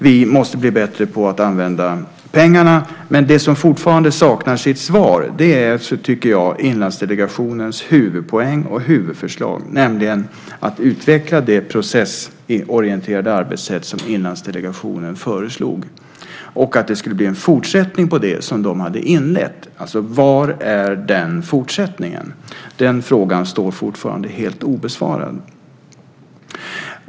Vi måste bli bättre på att använda pengarna. Men det som fortfarande saknar sitt svar är Inlandsdelegationens huvudpoäng och huvudförslag, nämligen att utveckla det processorienterade arbetssätt som Inlandsdelegationen föreslog och att det ska bli en fortsättning på det de har inlett. Var är den fortsättningen? Den frågan står fortfarande helt obesvarad.